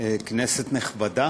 כנסת נכבדה,